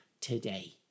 today